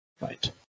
Right